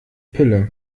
pille